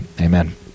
Amen